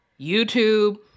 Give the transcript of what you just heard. YouTube